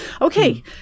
Okay